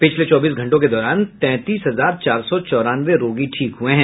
पिछले चौबीस घंटों के दौरान तैंतीस हजार चार सौ चौरानवे रोगी ठीक हुए हैं